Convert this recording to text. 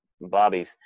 bobby's